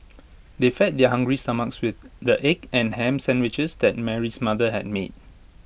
they fed their hungry stomachs with the egg and Ham Sandwiches that Mary's mother had made